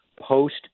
post